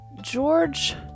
george